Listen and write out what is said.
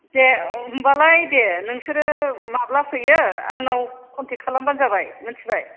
दे होमबालाय दे नोंसोरो माब्ला फैयो आंनाव कन्टेक खालामबानो जाबाय मोन्थिबाय